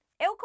Eu